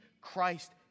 Christ